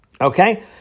Okay